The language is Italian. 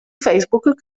facebook